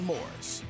Morris